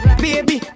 baby